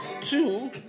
two